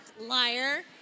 Liar